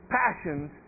passions